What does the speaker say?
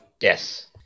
Yes